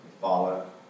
follow